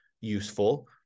useful